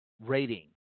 rating